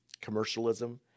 commercialism